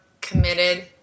committed